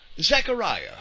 Zechariah